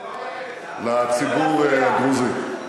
לציבור הדרוזי.